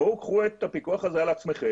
בואו קחו את הפיקוח הזה על עצמכם,